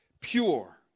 pure